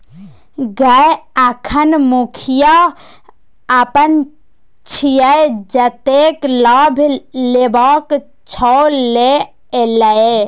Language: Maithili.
गय अखन मुखिया अपन छियै जतेक लाभ लेबाक छौ ल लए